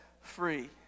free